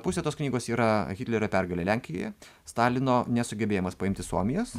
pusė tos knygos yra hitlerio pergalė lenkijoje stalino nesugebėjimas paimti suomijos